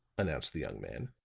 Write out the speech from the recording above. announced the young man,